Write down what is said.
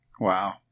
Wow